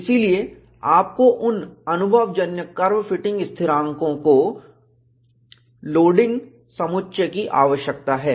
इसलिए आपको उन अनुभवजन्य कर्व फिटिंग स्थिरांकों के लोडिंग समुच्चय की आवश्यकता है